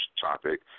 topic